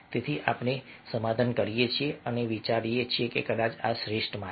તેથી અમે પણ સમાધાન કરીએ છીએ અને વિચારીએ છીએ કે કદાચ આ સૌથી શ્રેષ્ઠ માર્ગ છે